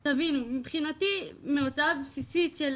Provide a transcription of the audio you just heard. תבינו, מבחינתי, מהוצאה בסיסית של